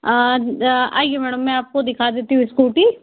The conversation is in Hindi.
आइए मैडम मैं आपको दिखा देती हूँ स्कूटी